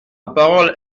parole